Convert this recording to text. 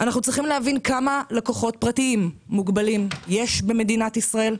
אנחנו צריכים להבין כמה לקוחות פרטיים מוגבלים יש במדינת ישראל,